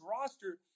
roster